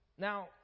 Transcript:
Now